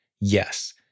Yes